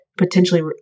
potentially